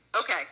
okay